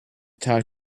talk